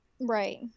Right